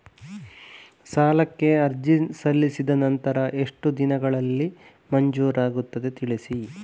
ಸಾಲಕ್ಕೆ ಅರ್ಜಿ ಸಲ್ಲಿಸಿದ ನಂತರ ಎಷ್ಟು ದಿನಗಳಲ್ಲಿ ಮಂಜೂರಾಗುತ್ತದೆ ತಿಳಿಸಿ?